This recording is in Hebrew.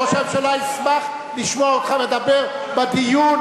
ראש הממשלה ישמח לשמוע אותך מדבר בדיון.